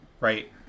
right